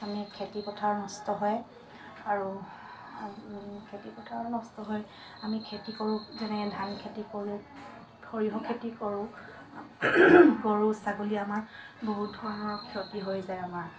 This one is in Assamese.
আমি খেতি পথাৰ নষ্ট হয় আৰু খেতি পথাৰ নষ্ট হয় আমি খেতি কৰোঁ যেনে ধান খেতি কৰোঁ সৰিয়হ খেতি কৰোঁ গৰু ছাগলী আমাৰ বহুত ধৰণৰ ক্ষতি হৈ যায় আমাৰ